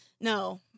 No